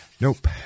Nope